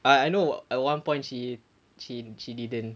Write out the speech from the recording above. I I know at one point she she she didn't